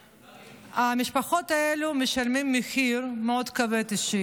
המשפחות האלה משלמות מחיר אישי מאוד כבד,